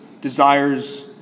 desires